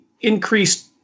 increased